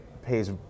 Pays